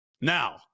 now